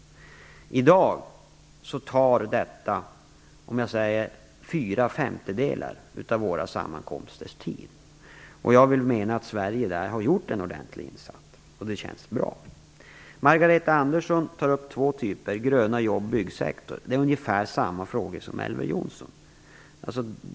I dag tar den i anspråk fyra femtedelar av tiden vid våra sammankomster. Jag vill mena att Sverige därvidlag har gjort en ordentlig insats, och det känns bra. Margareta Andersson tar upp två typer av frågor: gröna jobb och byggsektorn. Det är ungefär samma frågor som Elver Jonsson pekade på.